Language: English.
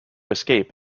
escape